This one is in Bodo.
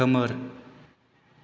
खोमोर